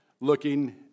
looking